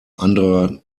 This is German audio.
anderer